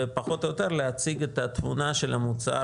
ופחות או יותר להציג את התמונה של המוצר